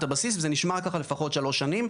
הבסיס וזה נשמר ככה לפחות שלוש שנים.